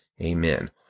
Amen